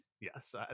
yes